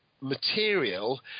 material